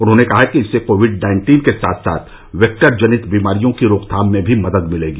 उन्होंने कहा कि इससे कोविड नाइन्टीन के साथ साथ वेक्टर जनित बीमारियों की रोकथाम में भी मदद मिलेगी